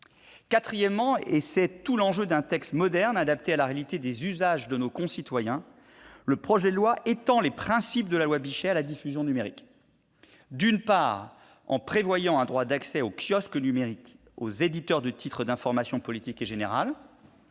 quatrième lieu- c'est tout l'enjeu d'un texte moderne, adapté à la réalité des usages de nos concitoyens -, le projet de loi étend les principes de la loi Bichet à la diffusion numérique, d'une part, en prévoyant un droit d'accès des éditeurs de titres d'information politique et générale